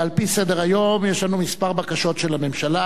ועל פי סדר-היום יש לנו כמה בקשות של הממשלה.